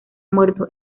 muerto